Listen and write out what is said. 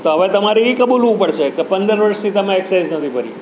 તો હવે તમારે એ કબૂલવું પડશે કે પંદર વર્ષથી તમે એક્સાઈઝ નથી ભરી